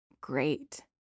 great